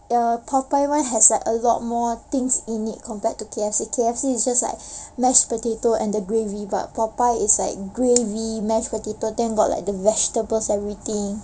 err the popeyes' one has a lot more things in it compared to K_F_C K_F_C is just like mashed potato and the gravy but popeyes is like gravy mashed potato then got like the vegetables and everything